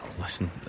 Listen